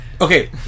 Okay